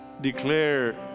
declare